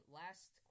last